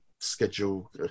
schedule